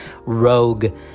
rogue